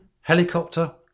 helicopter